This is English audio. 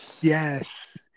Yes